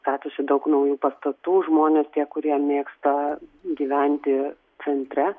statosi daug naujų pastatų žmonės tie kurie mėgsta gyventi centre